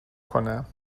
کنم